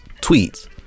tweets